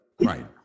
Right